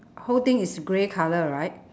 whole thing is grey colour right